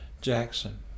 Jackson